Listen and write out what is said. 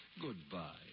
Goodbye